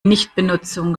nichtbenutzung